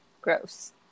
gross